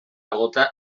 gota